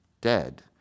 dead